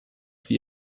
sie